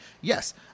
yes